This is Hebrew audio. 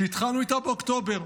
שהתחלנו איתה באוקטובר,